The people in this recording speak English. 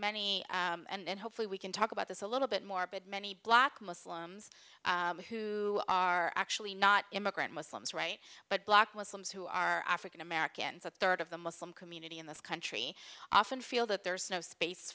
many and hopefully we can talk about this a little bit morbid many black muslims who are actually not immigrant muslims right but black muslims who are african americans a third of the muslim community in this country often feel that there is no space